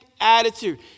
attitude